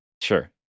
Sure